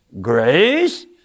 Grace